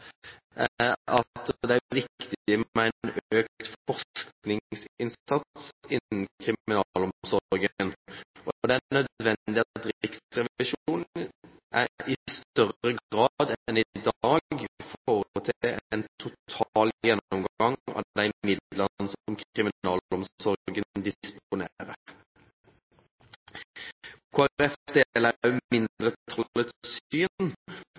økt forskningsinnsats innen kriminalomsorgen, og det er nødvendig at Riksrevisjonen i større grad enn i dag foretar en total gjennomgang av de midlene som kriminalomsorgen disponerer. Kristelig Folkeparti deler